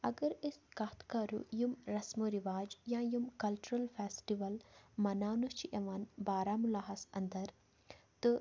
اگر أسۍ کَتھ کَرو یِم رسم و رِواج یا یِم کَلچرَل فیٚسٹِوَل مَناونہٕ چھِ یِوان بارہمولاہَس اَنٛدَر تہٕ